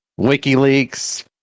wikileaks